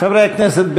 חברי הכנסת,